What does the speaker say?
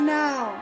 now